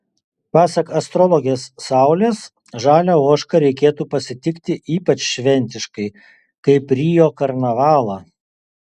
pasak astrologės saulės žalią ožką reikėtų pasitikti ypač šventiškai kaip rio karnavalą